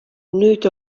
nüüd